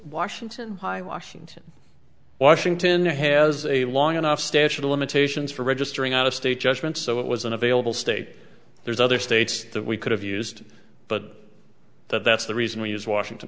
washington high washington washington has a long enough statute of limitations for registering out of state judgment so it was an available state there's other states that we could have used but that's the reason we use washington